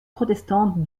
protestante